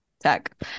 tech